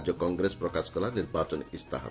ରାଜ୍ୟ କଂଗ୍ରେସ ପ୍ରକାଶ କଲା ନିର୍ବାଚନୀ ଇସ୍ତାହାର